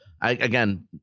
Again